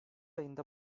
ayında